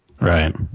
Right